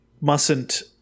mustn't